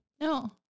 No